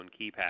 keypad